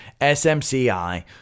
SMCI